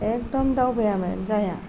एकदम दावबायाबानो जाया